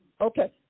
Okay